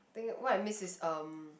think what I miss is um